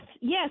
yes